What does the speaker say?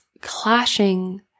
clashing